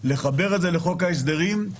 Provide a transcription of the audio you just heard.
לפי ההיגיון שתפסתם,